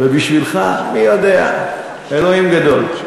ובשבילך, מי יודע, אלוהים גדול.